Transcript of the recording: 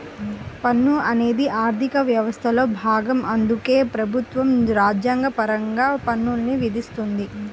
పన్ను అనేది ఆర్థిక వ్యవస్థలో భాగం అందుకే ప్రభుత్వం రాజ్యాంగపరంగా పన్నుల్ని విధిస్తుంది